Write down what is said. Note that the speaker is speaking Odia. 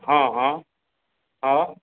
ହଁ ହଁ ହଁ